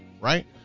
right